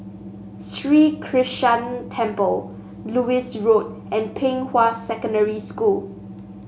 Sri Krishnan Temple Lewis Road and Pei Hwa Secondary School